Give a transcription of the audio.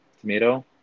Tomato